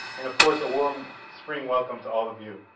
and of course a warm spring welcome to all of you.